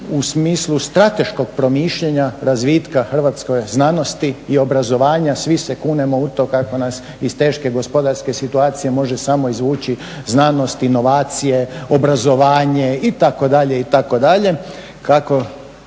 u smislu strateškog promišljanja razvitka hrvatske znanosti i obrazovanja. Svi se kunemo u to kako nas iz teške gospodarske situacije može samo izvući znanost, inovacije, obrazovanje itd.